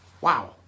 Wow